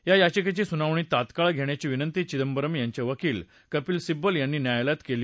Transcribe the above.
या याचिकेची सुनावणी तात्काळ घेण्याची विनंती चिदंबरम यांचे वकील कपिल सिब्बल यांनी न्यायालयाला केली